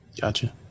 Gotcha